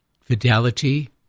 fidelity